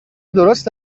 درست